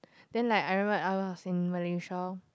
then like I remembered I was in Malaysia